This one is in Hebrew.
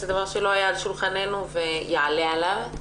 זה דבר שלא היה על שולחננו ויעלה עליו.